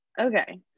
okay